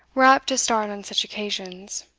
were apt to start on such occasions.